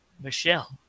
Michelle